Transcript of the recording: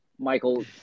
Michael